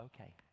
Okay